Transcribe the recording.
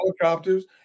helicopters